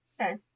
Okay